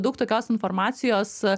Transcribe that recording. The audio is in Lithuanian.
daug tokios informacijos